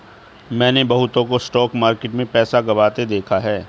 मैंने बहुतों को स्टॉक मार्केट में पैसा गंवाते देखा हैं